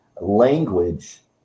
language